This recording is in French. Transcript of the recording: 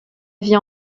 vie